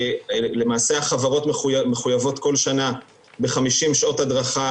למעשה החברות מחויבות כל שנה ב-50 שעות הדרכה